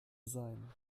sein